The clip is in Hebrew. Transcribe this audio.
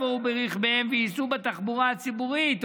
ברכביהם וייסעו בתחבורה הציבורית,